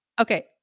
Okay